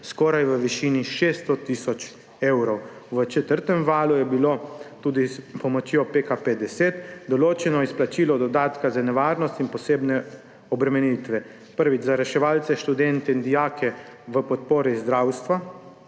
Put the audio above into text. skoraj v višini 600 tisoč evrov. V četrtem valu je bilo tudi s pomočjo PKP10 določeno izplačilo dodatka za nevarnost in posebne obremenitve za reševalce, študente in dijake v podpori zdravstva,